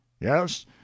yes